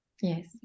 Yes